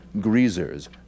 greasers